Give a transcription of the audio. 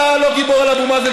אתה לא גיבור על אבו מאזן,